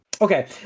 okay